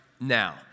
now